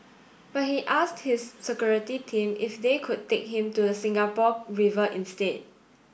but he asked his security team if they could take him to the Singapore River instead